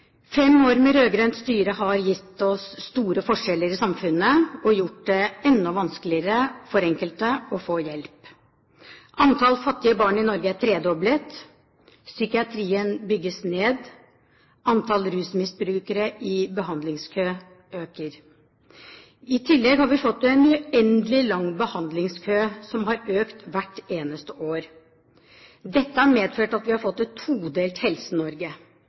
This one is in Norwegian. Fem år med rød-grønt styre har gitt oss store forskjeller i samfunnet og gjort det enda vanskeligere for enkelte å få hjelp. Antall fattige barn i Norge er tredoblet. Psykiatrien bygges ned. Antall rusmisbrukere i behandlingskø øker. I tillegg har vi fått en uendelig lang behandlingskø som har økt hvert eneste år. Dette har medført at vi har fått et todelt